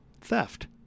theft